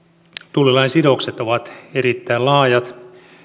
tullilain sidokset ovat erittäin laajat